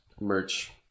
merch